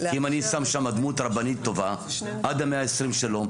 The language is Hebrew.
כי אם אני שם שם דמות רבנית טובה עד ה-120 שלו,